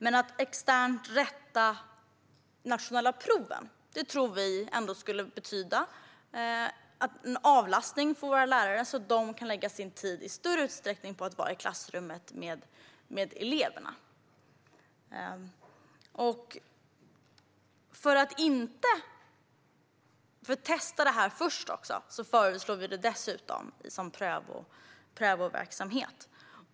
Men att rätta de nationella proven externt tror vi ändå skulle betyda en avlastning för våra lärare, så att de i större utsträckning kan lägga sin tid på att vara i klassrummet med eleverna. För att testa det här föreslår vi det alltså som prövoverksamhet.